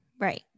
Right